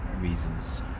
reasons